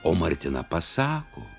o martina pasako